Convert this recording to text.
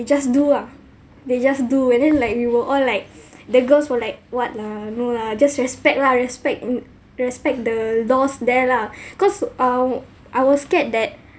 just do lah they just do and then like we were all like the girls were like what lah no lah just respect lah respect mm respect the laws there lah cause um I was scared that